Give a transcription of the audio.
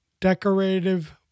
Decorative